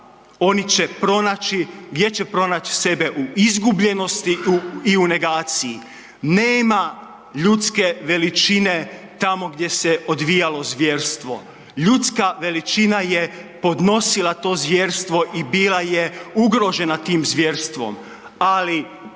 gdje će pronaći sebe u izgubljenosti i u negaciji. Nema ljudske veličine tamo gdje se odvijalo zvjerstvo, ljudska veličina je podnosila to zvjerstvo i bila je ugrožena tim zvjerstvom